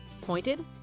Pointed